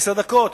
עשר דקות?